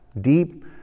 deep